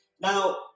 now